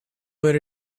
but